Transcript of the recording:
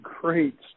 great